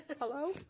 Hello